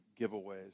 giveaways